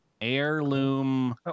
Heirloom